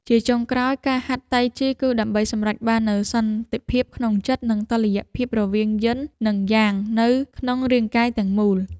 ជាចុងក្រោយ ការហាត់តៃជីគឺដើម្បីសម្រេចបាននូវសន្តិភាពក្នុងចិត្ត និងតុល្យភាពរវាងយិន និងយ៉ាងនៅក្នុងរាងកាយទាំងមូល។